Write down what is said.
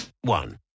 one